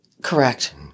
Correct